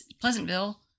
Pleasantville